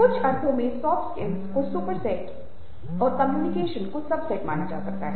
कुछ अर्थों में नरम कौशल सॉफ्ट स्किल्स Soft Skills को सुपर सेट और कम्युनिकेशन को सब सेट माना जा सकता है